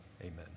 Amen